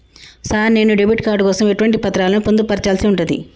Sir నేను debit card కోసం ఎటువంటి పత్రాలను పొందుపర్చాల్సి ఉంటది?